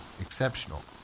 exceptional